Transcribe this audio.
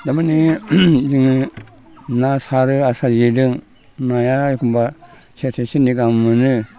थारमाने जोङो ना सारो आस्रा जेजों नाया एखमब्ला सेरसे सेरनै गाहाम मोनो